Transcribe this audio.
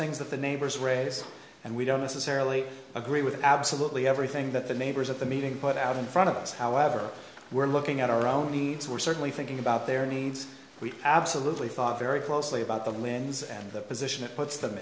things that the neighbors raise and we don't necessarily agree with absolutely everything that the neighbors at the meeting put out in front of us however we're looking at our own needs we're certainly thinking about their needs we absolutely thought very closely about the linz and the position it puts them